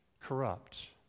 corrupt